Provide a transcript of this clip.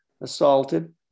assaulted